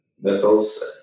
metals